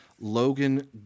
Logan